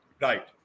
Right